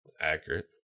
Accurate